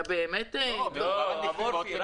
אלא --- אמורפי.